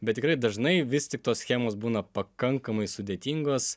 bet tikrai dažnai vis tik tos schemos būna pakankamai sudėtingos